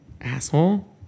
Asshole